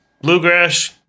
bluegrass